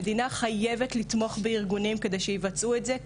המדינה חייבת לתמוך בארגונים כדי שיבצעו את זה.